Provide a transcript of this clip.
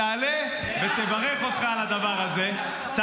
תעלה ותברך אותך על הדבר הזה -- שהוא